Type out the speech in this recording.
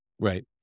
Right